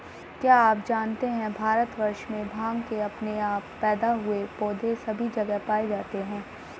क्या आप जानते है भारतवर्ष में भांग के अपने आप पैदा हुए पौधे सभी जगह पाये जाते हैं?